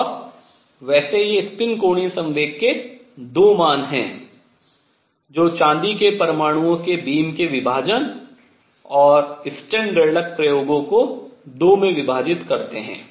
और वैसे ये स्पिन कोणीय संवेग के 2 मान हैं जो चांदी के परमाणुओं के बीम के विभाजन और स्टर्न गेरलाच प्रयोगों को 2 में विभाजित करते हैं